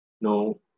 no